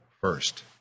first